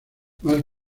más